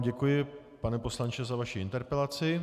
Děkuji vám, pane poslanče, za vaši interpelaci.